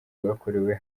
bwakorewe